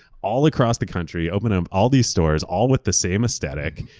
all across the country. opening up all these stores, all with the same aesthetic,